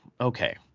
Okay